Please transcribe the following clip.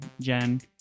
Jen